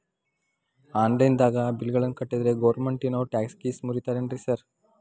Online ದಾಗ bill ಗಳನ್ನಾ ಕಟ್ಟದ್ರೆ ಗೋರ್ಮೆಂಟಿನೋರ್ ಟ್ಯಾಕ್ಸ್ ಗೇಸ್ ಮುರೇತಾರೆನ್ರಿ ಸಾರ್?